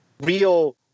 Real